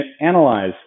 analyze